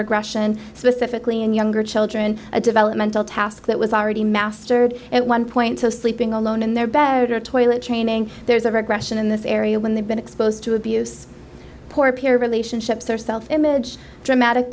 regression specifically in younger children a developmental task that was already mastered at one point to sleeping alone in their better toilet training there's of aggression in this area when they've been exposed to abuse poor peer relationships their self image dramatic